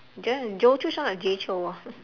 joe joe chew sounds like jay-chou ah